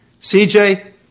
CJ